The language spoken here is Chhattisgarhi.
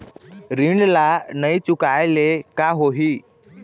ऋण ला नई चुकाए ले का होही?